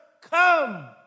come